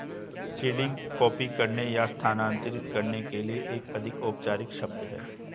seeding copy करने या स्थानांतरित करने के लिए एक अधिक औपचारिक शब्द है